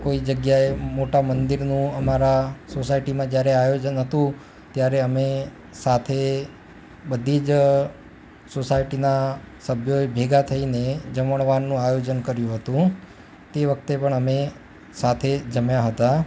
કોઈ જગ્યાએ મોટા મંદિરનું અમારા સોસાયટીમાં જયારે આયોજન હતું ત્યારે અમે સાથે બધી જ સોસાયટીના સભ્યોએ ભેગા થઇને જમણવારનું આયોજન કર્યું હતું તે વખતે પણ અમે સાથે જમ્યા હતા